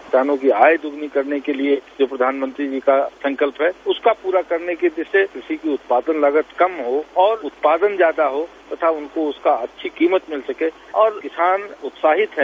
किसानों की आय दोगुनी करने के लिए यह प्रधानमंत्री का संकल्प है उसका पूरा करने की दृष्टि से कृषि की उत्पादन लागत कम हो और उत्पादन ज्यादा हो तथा उनको उसका अच्छी कीमत मिल सके और किसान उत्साहित है